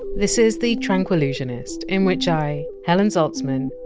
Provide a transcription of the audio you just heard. this is the tranquillusionist, in which i, helen zaltzman,